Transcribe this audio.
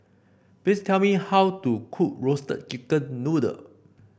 please tell me how to cook Roasted Chicken Noodle